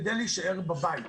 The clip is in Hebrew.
כדי להישאר בבית.